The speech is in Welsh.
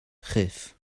chyff